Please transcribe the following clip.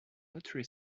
lottery